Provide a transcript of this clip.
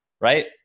right